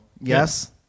Yes